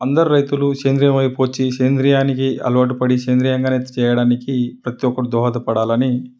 అందరూ రైతులు సేంద్రీయం వైపు వచ్చి సేంద్రీయానికి అలవాటు పడి సేంద్రీయంగానే చేయడానికి ప్రతి ఒక్కరు దోహత పడాలని